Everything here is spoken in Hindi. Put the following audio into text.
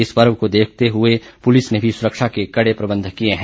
इस पर्व को देखते हुए पुलिस ने भी सुरक्षा के कड़े प्रबंध किए हैं